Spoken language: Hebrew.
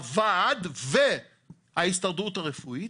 הוועד וההסתדרות הרפואית,